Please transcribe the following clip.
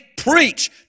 Preach